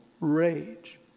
rage